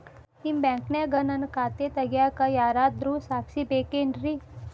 ನಿಮ್ಮ ಬ್ಯಾಂಕಿನ್ಯಾಗ ನನ್ನ ಖಾತೆ ತೆಗೆಯಾಕ್ ಯಾರಾದ್ರೂ ಸಾಕ್ಷಿ ಬೇಕೇನ್ರಿ?